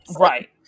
Right